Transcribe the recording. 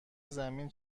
زمین